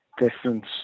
difference